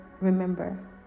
remember